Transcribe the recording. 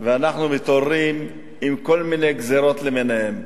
ואנחנו מתעוררים עם כל מיני גזירות למיניהן.